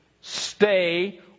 Stay